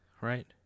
right